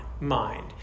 mind